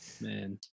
Man